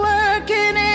Working